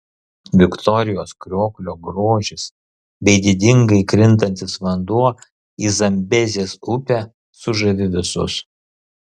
viktorijos krioklio grožis bei didingai krintantis vanduo į zambezės upę sužavi visus